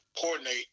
coordinate